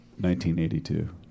1982